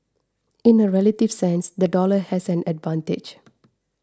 in a relative sense the dollar has an advantage